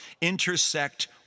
intersect